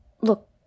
Look